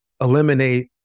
eliminate